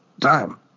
time